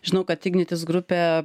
žinau kad ignitis grupė